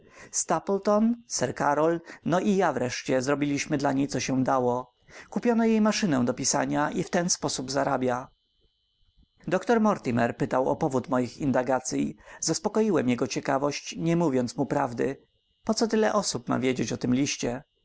stapleton sir karol no i ja wreszcie zrobiliśmy dla niej co się dało kupiono jej maszynę do pisania i w ten sposób zarabia doktor mortimer pytał o powód moich indagacyj zaspokoiłem jego ciekawość nie mówiąc mu prawdy po co tyle osób ma wiedzieć o tym liście